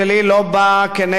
אדוני, עשר